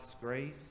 grace